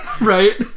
Right